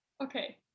okay